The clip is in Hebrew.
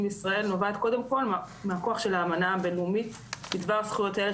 בישראל נובעת קודם כל מהכוח של האמנה הבין-לאומית בדבר זכויות הילד,